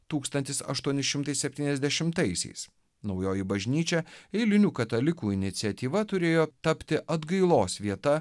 tūkstantis aštuoni šimtai septyniasdešimtaisiais naujoji bažnyčia eilinių katalikų iniciatyva turėjo tapti atgailos vieta